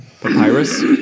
Papyrus